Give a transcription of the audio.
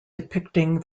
depicting